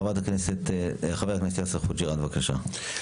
חבר הכנסת יאסר חוג'יראת, בבקשה.